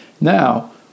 Now